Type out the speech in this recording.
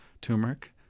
turmeric